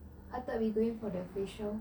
I thought we going for the facial